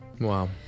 Wow